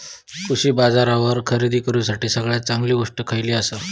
कृषी बाजारावर खरेदी करूसाठी सगळ्यात चांगली गोष्ट खैयली आसा?